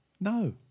no